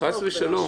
חס ושלום.